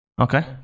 Okay